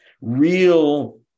real